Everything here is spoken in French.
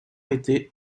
était